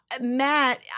Matt